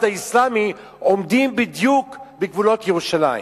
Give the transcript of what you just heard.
האסלאמי" עומדים בדיוק בגבולות ירושלים.